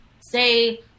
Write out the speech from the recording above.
say